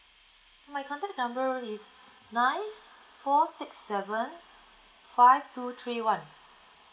my mobile number is nine four six seven five two three one